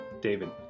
David